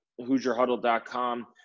Hoosierhuddle.com